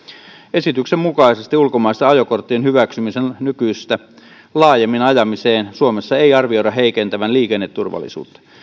esityksen mukaisesti ulkomaisten ajokorttien hyväksymisen nykyistä laajemmin ajamiseen suomessa ei arvioida heikentävän liikenneturvallisuutta